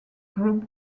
group